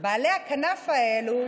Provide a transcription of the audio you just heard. בעלי הכנף האלו,